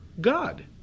God